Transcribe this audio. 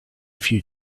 few